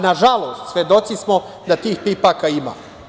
Nažalost, svedoci smo da tih pipaka ima.